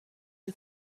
you